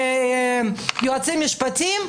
יועצים משפטיים.